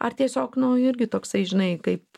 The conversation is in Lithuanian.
ar tiesiog nu irgi toksai žinai kaip